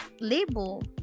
label